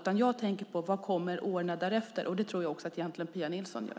Jag tänker på vad som kommer åren därefter, och det tror jag egentligen också att Pia Nilsson gör.